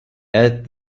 add